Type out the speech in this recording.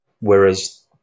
whereas